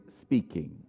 speaking